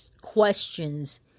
questions